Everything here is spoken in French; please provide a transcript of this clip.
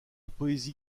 poésie